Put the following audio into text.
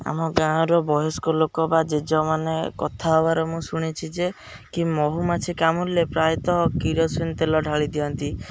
ଆମ ଗାଁର ବୟସ୍କ ଲୋକ ବା ଜେଜେମାନେ କଥା ହେବାର ମୁଁ ଶୁଣିଛି ଯେ କି ମହୁମାଛି କାମୁଡ଼ିଲେ ପ୍ରାୟତଃ କିରୋସିନ ତେଲ ଢ଼ାଳି ଦିଅନ୍ତି